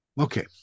okay